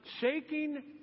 shaking